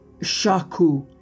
Shaku